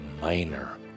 minor